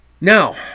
Now